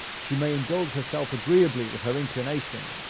she may indulge herself agreeably with her inclination,